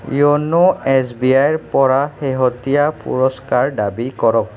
য়োনো S B আইৰ পৰা শেহতীয়া পুৰস্কাৰ দাবী কৰক